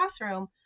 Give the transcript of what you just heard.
classroom